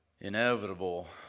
inevitable